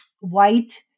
white